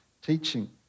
Teaching